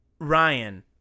Ryan